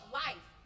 life